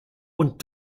und